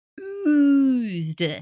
oozed